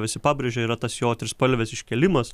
visi pabrėžė yra tas jo trispalvės iškėlimas